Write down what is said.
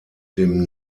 dem